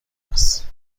است